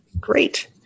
great